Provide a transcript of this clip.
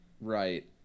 Right